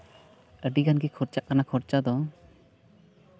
ᱟᱹᱰᱤᱜᱟᱱ ᱜᱮ ᱠᱷᱚᱨᱪᱟᱜ ᱠᱟᱱᱟ ᱠᱷᱚᱨᱪᱟ ᱫᱚ